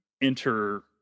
enter